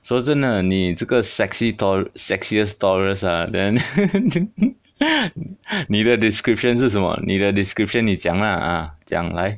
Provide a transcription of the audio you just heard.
说真的你这个 sexy 到 sexiest tourist ah then neither description 是什么 neither description 你讲啊讲来